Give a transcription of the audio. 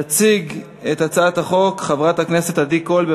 תציג את הצעת החוק חברת הכנסת עדי קול.